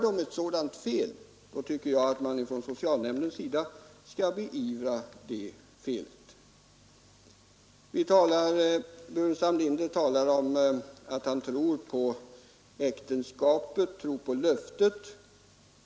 Gör man ett sådant fel, tycker jag att socialnämnderna skall beivra det felet. Herr Burenstam Linder talar om att han tror på äktenskapet, tror på löftet.